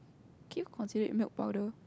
okay consider milk powder